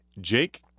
Jake